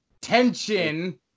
tension